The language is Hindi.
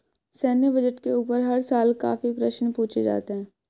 सैन्य बजट के ऊपर हर साल काफी प्रश्न पूछे जाते हैं